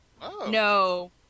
No